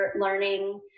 learning